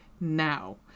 now